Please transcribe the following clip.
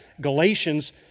Galatians